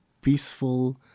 peaceful